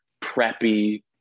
preppy